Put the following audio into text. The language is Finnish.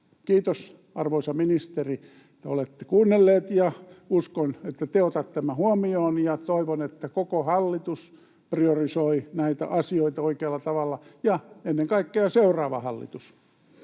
Kiitos, arvoisa ministeri, että olette kuunnellut. Uskon, että te otatte nämä huomioon, ja toivon, että koko hallitus priorisoi näitä asioita oikealla tavalla, ja ennen kaikkea seuraava hallitus.